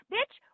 Bitch